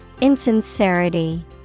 Insincerity